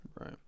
Right